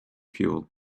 fuel